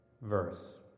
verse